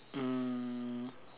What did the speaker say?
um